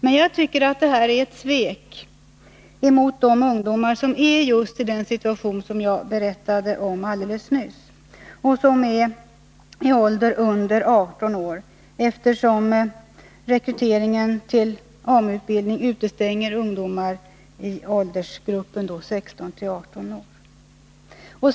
Men jag tycker att detta är ett svek mot de ungdomar som är i just den situation som jag berättade om nyss och som är i åldrarna under 18 år, eftersom rekryteringen till AMU-utbildningen utestänger ungdomar i åldersgruppen 16-18 år.